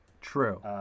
True